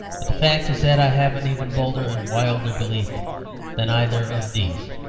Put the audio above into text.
but the fact is that i have an even bolder and wilder belief than either of these.